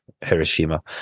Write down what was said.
Hiroshima